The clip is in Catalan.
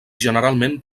generalment